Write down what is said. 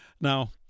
Now